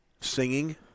Singing